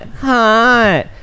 hot